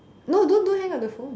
no don't don't hang up the phone